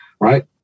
right